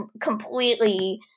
completely